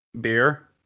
Beer